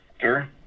Sure